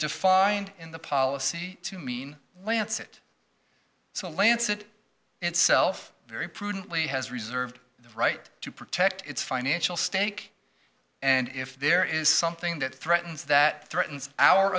defined in the policy to mean lancet so lancet itself very prudently has reserved the right to protect its financial stake and if there is something that threatens that threatens our